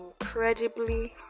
incredibly